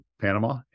Panama